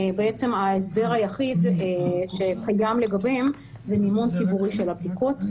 בעצם ההסדר היחיד שקיים לגביהם זה מימון ציבורי של הבדיקות.